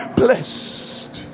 blessed